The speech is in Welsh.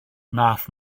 wnaeth